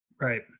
Right